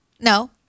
No